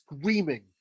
screaming